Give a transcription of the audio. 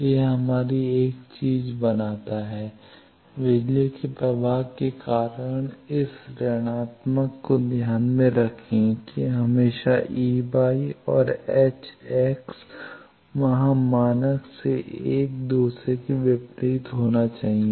तो यह हमारी 1 चीज़ बनाता है बिजली के प्रवाह के कारण इस ऋणात्मक को ध्यान में रखें कि हमेशा E y और H x वहां मानक से 1 दूसरे के विपरीत होना चाहिए